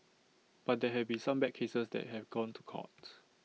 but there have been some bad cases that have gone to court